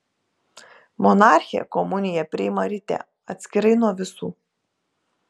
monarchė komuniją priima ryte atskirai nuo visų